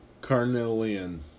carnelian